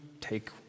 take